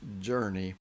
journey